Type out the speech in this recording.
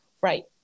Right